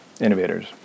innovators